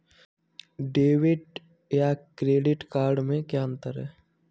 Debit या credit card में क्या अन्तर है?